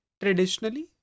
traditionally